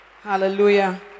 Hallelujah